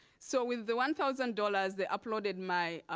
so with the one thousand dollars, they uploaded my